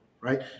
right